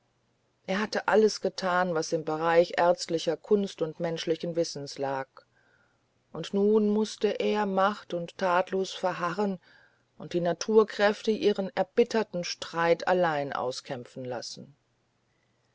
er hatte alles gethan was im bereich ärztlicher kunst und menschlichen wissens lag und nun mußte er macht und thatlos verharren und die naturkräfte ihren erbitterten streit allein auskämpfen lassen